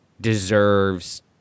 deserves